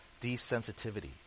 desensitivity